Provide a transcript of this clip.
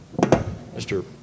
Mr